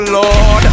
Lord